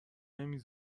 نمی